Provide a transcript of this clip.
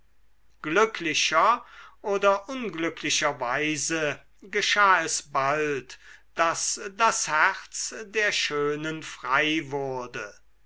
glücklicher oder unglücklicherweise geschah es bald daß das herz der schönen frei wurde